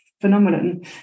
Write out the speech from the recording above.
phenomenon